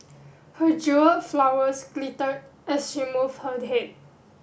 her jewelled flowers glitter as she moved her head